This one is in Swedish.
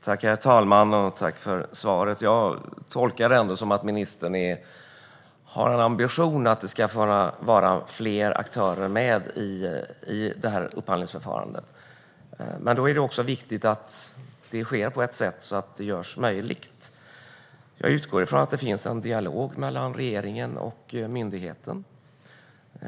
Herr talman! Tack för svaret! Jag tolkar det ändå som att ministern har ambitionen att det ska vara fler aktörer med i upphandlingsförfarandet, men då är det viktigt att det sker på ett sätt så att det görs möjligt. Jag utgår från att det förs en dialog mellan regeringen och myndigheten.